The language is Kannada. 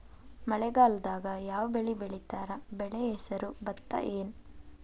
ಮಳೆಗಾಲದಾಗ್ ಯಾವ್ ಬೆಳಿ ಬೆಳಿತಾರ, ಬೆಳಿ ಹೆಸರು ಭತ್ತ ಏನ್?